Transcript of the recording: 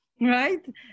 right